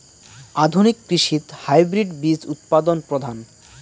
আধুনিক কৃষিত হাইব্রিড বীজ উৎপাদন প্রধান